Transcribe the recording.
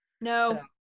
No